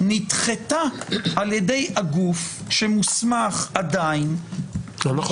נדחתה על ידי הגוף שמוסמך עדיין --- לא נכון.